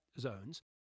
zones